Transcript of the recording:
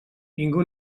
ningú